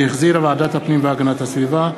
שהחזירה ועדת הפנים והגנת הסביבה.